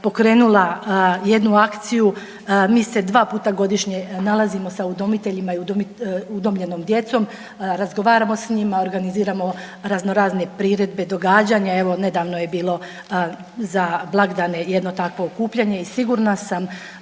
pokrenula jednu akciju. Mi se dva puta godišnje nalazimo sa udomiteljima i udomljenom djecom, razgovaramo s njima, organiziramo razno razne priredbe i događanja. Evo nedavno je bilo za blagdane jedno takvo okupljanje i sigurna sam